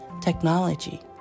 technology